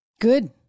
Good